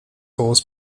halls